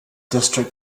district